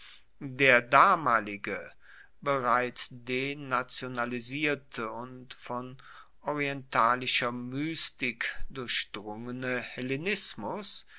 der damalige bereits denationalisierte und von orientalischer mystik durchdrungene hellenismus